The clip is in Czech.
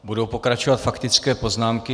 Budou pokračovat faktické poznámky.